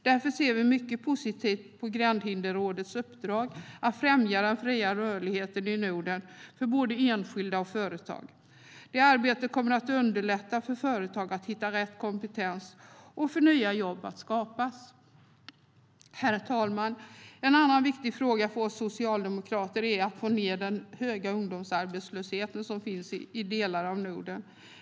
Därför ser vi mycket positivt på Gränshinderrådets uppdrag att främja den fria rörligheten i Norden för både enskilda och företag. Det arbetet kommer att underlätta för företag att hitta rätt kompetens och för nya jobb att skapas. Herr talman! En annan viktig fråga för oss socialdemokrater är att få ned den höga ungdomsarbetslösheten i delar av Norden.